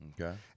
Okay